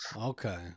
Okay